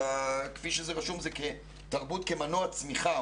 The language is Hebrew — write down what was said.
אבל כפי שזה רשום זה תרבות כמנוע צמיחה,